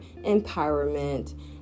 empowerment